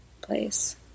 place